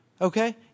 Okay